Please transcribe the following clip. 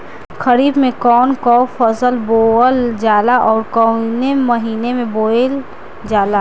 खरिफ में कौन कौं फसल बोवल जाला अउर काउने महीने में बोवेल जाला?